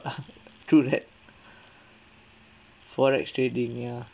ah through that forex trading ya